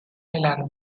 island